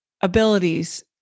abilities